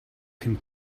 can